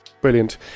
Brilliant